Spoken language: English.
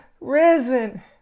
risen